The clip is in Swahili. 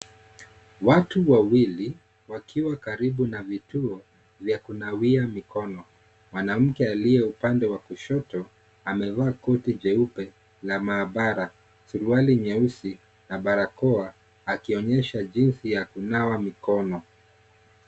Watu wawili wakiwa karibu na vituo vya kunawia mikono. Mwanamke alie upande wa kushoto amevaa koti jeupe la maabara suruali nyeusi na barakoa akionyesha jinsi ya kunawa mikono.